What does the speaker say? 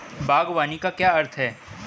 बागवानी का क्या अर्थ है?